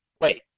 Wait